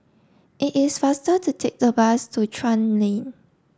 it is faster to take the bus to Chuan Lane